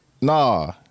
Nah